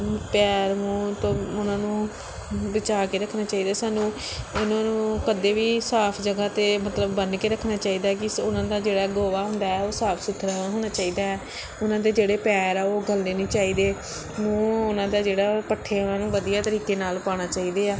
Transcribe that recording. ਤੋਂ ਉਹਨਾਂ ਨੂੰ ਬਚਾ ਕੇ ਰੱਖਣਾ ਚਾਹੀਦਾ ਸਾਨੂੰ ਇਹਨਾਂ ਨੂੰ ਕਦੇ ਵੀ ਸਾਫ ਜਗ੍ਹਾ 'ਤੇ ਮਤਲਬ ਬੰਨ੍ਹ ਕੇ ਰੱਖਣਾ ਚਾਹੀਦਾ ਕਿ ਉਹਨਾਂ ਦਾ ਜਿਹੜਾ ਗੋਹਾ ਹੁੰਦਾ ਹੈ ਉਹ ਸਾਫ ਸੁਥਰਾ ਹੋਣਾ ਚਾਹੀਦਾ ਉਹਨਾਂ ਦੇ ਜਿਹੜੇ ਪੈਰ ਆ ਉਹ ਗਲਨੇ ਨਹੀਂ ਚਾਹੀਦੇ ਮੂੰਹ ਉਹਨਾਂ ਦਾ ਜਿਹੜਾ ਪੱਠਿਆਂ ਨੂੰ ਵਧੀਆ ਤਰੀਕੇ ਨਾਲ ਪਾਉਣਾ ਚਾਹੀਦਾ ਆ